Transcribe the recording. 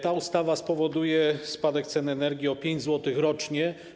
Ta ustawa spowoduje spadek cen energii o 5 zł rocznie.